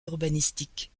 urbanistique